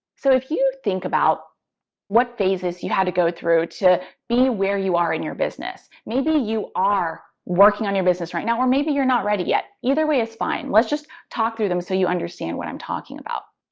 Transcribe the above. so if you think about what phases you had to go through to be where you are in your business, maybe you are working on your business right now, or maybe you're not ready yet, either way is fine. let's just talk through them so you understand what i'm talking about.